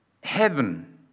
Heaven